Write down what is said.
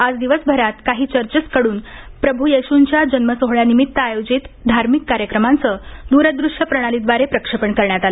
आज दिवसभरात काही चर्चकडून प्रभू येश्ंच्या जन्मसोहळ्यानिमित्त आयोजित धार्मिक कार्यक्रमांचं दूरदृश्य प्रणालीद्वारे प्रक्षेपण करण्यात आलं